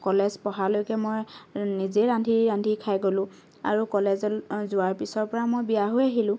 college পঢ়ালৈকে মই নিজে ৰান্ধি ৰান্ধি খাই গ'লোঁ আৰু কলেজলৈ যোৱাৰ পিছৰ পৰা মই বিয়া হৈ আহিলোঁ